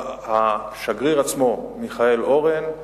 השגריר עצמו, מיכאל אורן,